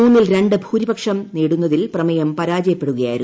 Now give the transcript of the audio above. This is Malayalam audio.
മൂന്നിൽ രണ്ട് ഭൂരിപക്ഷം നേടുന്നതിൽ പ്രമേയം പരാജയപ്പെടുകയായിരുന്നു